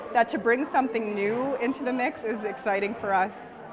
that to bring something new into the mix is exciting for us.